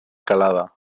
calada